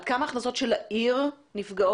עד כמה ההכנסות של העיר נפגעות,